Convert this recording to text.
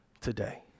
today